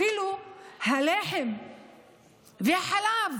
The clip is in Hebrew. אפילו הלחם והחלב,